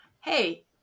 Hey